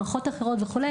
מערכות אחרות וכו',